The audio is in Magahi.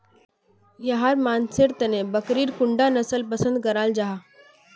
याहर मानसेर तने बकरीर कुंडा नसल पसंद कराल जाहा?